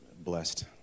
blessed